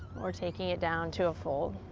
or taking it down to a fold.